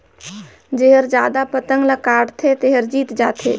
जेहर जादा पतंग ल काटथे तेहर जीत जाथे